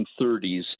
1930s